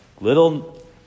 little